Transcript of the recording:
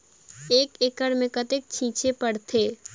एक एकड़ मे कतेक छीचे पड़थे?